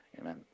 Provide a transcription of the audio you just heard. Amen